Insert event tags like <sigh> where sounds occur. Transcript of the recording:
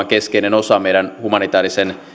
<unintelligible> keskeinen osa meidän humanitäärisen